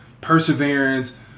perseverance